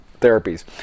therapies